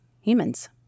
humans